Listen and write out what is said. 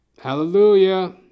Hallelujah